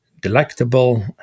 delectable